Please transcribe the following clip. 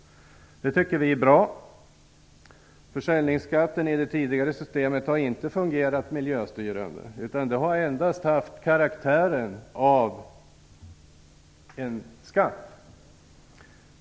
Det tycker vi är bra. Försäljningsskatten enligt det tidigare systemet har inte fungerat miljöstyrande, utan den har endast haft karaktären av en skatt.